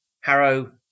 Harrow